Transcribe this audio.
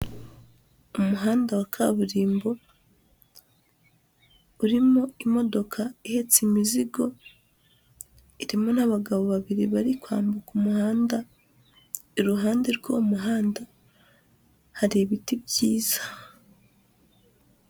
Umuhanda wa kaburimbo urimo imodoka ihetse imizigo, irimo n'abagabo babiri bari kwambuka umuhanda iruhande rw'u muhanda hari ibiti byiza.